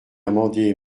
amendé